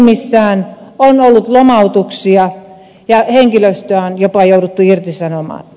on ollut lomautuksia ja henkilöstöä on jopa jouduttu irtisanomaan